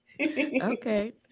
Okay